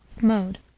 Mode